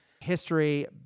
history